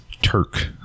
Turk